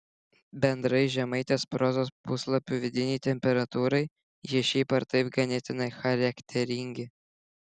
bendrai žemaitės prozos puslapių vidinei temperatūrai jie šiaip ar taip ganėtinai charakteringi